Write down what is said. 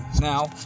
Now